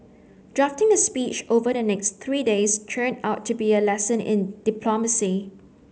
drafting the speech over the next three days turned out to be a lesson in diplomacy